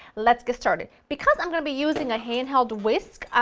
let's get started. because i'm going to be using a handheld whisk,